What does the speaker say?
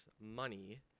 money